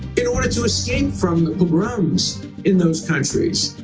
in order to escape from the pogroms in those countries.